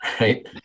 right